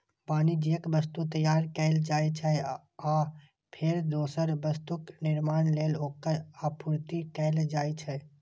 वाणिज्यिक वस्तु तैयार कैल जाइ छै, आ फेर दोसर वस्तुक निर्माण लेल ओकर आपूर्ति कैल जाइ छै